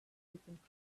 different